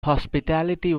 hospitality